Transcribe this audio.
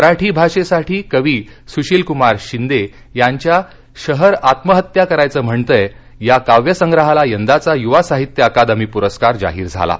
मराठी भाषेसाठी कवी सुशीलक्मार शिंदे यांच्या शहर आत्महत्या करायचं म्हणतंय या काव्यसंग्रहाला यंदाचा युवा साहित्य अकादमी पुरस्कार जाहीर झाला आहे